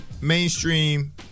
mainstream